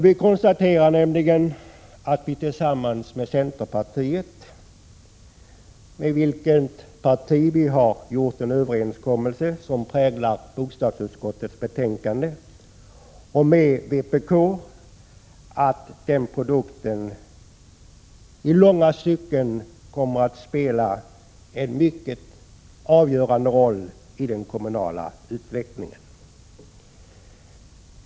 Vi har tillsammans med centerpartiet, med vilket parti vi har gjort en överenskommelse som präglar bostadsutskottets betänkande, och med vpk åstadkommit en produkt som i långa stycken kommer att spela en mycket avgörande roll i den kommunala utvecklingen.